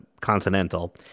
Continental